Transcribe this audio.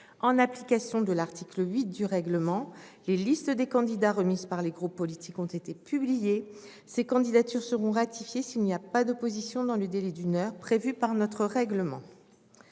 En application de l'article 8 du règlement, les listes des candidats remises par les groupes politiques ont été publiées. Ces candidatures seront ratifiées s'il n'y a pas d'opposition dans le délai d'une heure prévu par notre règlement.